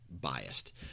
biased